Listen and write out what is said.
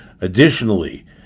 Additionally